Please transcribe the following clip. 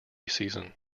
season